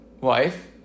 wife